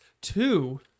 Two